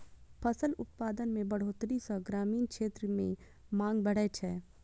फसल उत्पादन मे बढ़ोतरी सं ग्रामीण क्षेत्र मे मांग बढ़ै छै